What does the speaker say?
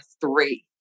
three